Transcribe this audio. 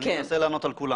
אני אנסה לענות על כולן.